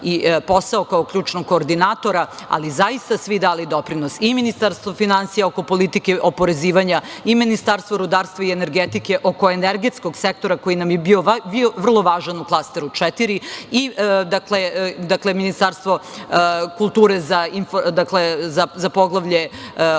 i posao kao ključnog koordinatora, ali zaista svi dali doprinos. Ministarstvo finansija oko politike oporezivanja, Ministarstvo rudarstva i energetike oko energetskog sektora koji nam je bio vrlo važan u klasteru 4, Ministarstvo kulture za poglavlje oko dela za